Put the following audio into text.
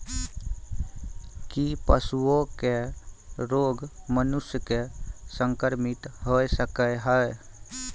की पशुओं के रोग मनुष्य के संक्रमित होय सकते है?